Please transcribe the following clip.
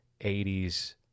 80s